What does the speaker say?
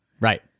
Right